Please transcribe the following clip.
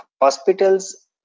hospitals